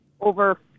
over